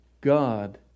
God